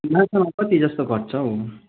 माछामा कति जस्तो घट्छ हौ